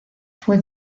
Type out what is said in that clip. fue